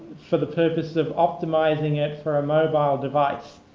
for the purpose of optimizing it for a mobile device.